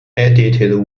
edited